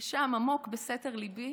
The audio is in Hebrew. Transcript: ושם, עמוק בסתר ליבי,